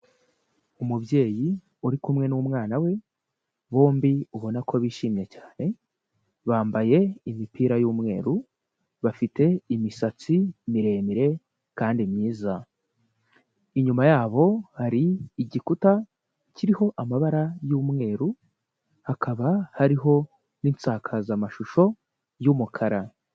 Umubyeyi uri kumwe n'umwana we, bombi ubona ko bishimye cyane, bambaye imipira y'umweru, bafite imisatsi miremire kandi myiza, inyuma yabo hari igikuta kiriho amabara y'umweru, hakaba hariho n'insakazamashusho y'umukara.